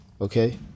okay